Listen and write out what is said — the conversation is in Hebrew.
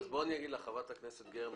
חברת הכנסת גרמן,